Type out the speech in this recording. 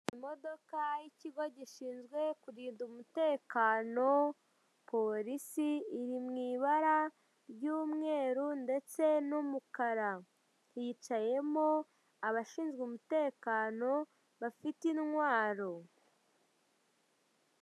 Imodoka y'ikigo gishinzwe kurinda umutekano Police iri mu ibara ry'umweru ndetse n'umukara, hicayemo abashinzwe umutekano bafite intwaro.